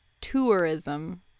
tourism